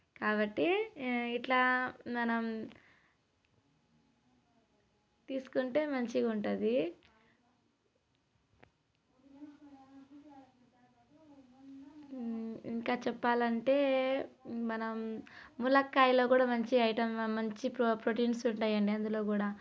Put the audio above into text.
కాబట్టి ఇట్లా మనం తీసుకుంటే మంచిగా ఉంటుంది ఇంకా చెప్పాలంటే మనం ములక్కాయలో కూడా మంచి ఐటమ్ మంచి ప్రో ప్రోటీన్స్ ఉంటాయండి అందులో కూడా